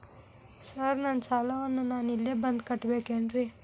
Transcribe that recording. Sir ನನ್ನ ಸಾಲವನ್ನು ನಾನು ಇಲ್ಲೇ ಬಂದು ಕಟ್ಟಬೇಕೇನ್ರಿ?